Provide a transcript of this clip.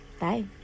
Bye